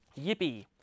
Yippee